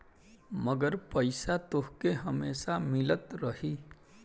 मगर पईसा तोहके हमेसा मिलत रही